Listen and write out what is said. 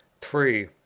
three